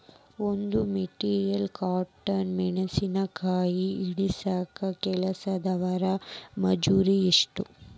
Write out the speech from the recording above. ಒಂದ್ metric tonne ಮೆಣಸಿನಕಾಯಿ ಇಳಸಾಕ್ ಕೆಲಸ್ದವರ ಮಜೂರಿ ಎಷ್ಟ?